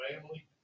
family